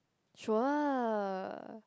sure